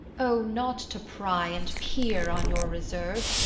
o not to pry and peer on your reserve,